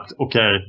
okay